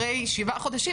כשאת חוזרת יום למחרת,